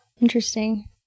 Interesting